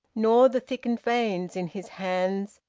nor the thickened veins in his hands,